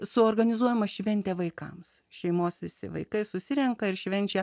suorganizuojama šventė vaikams šeimos visi vaikai susirenka ir švenčia